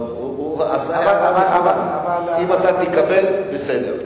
אם אתה תקבל, בסדר.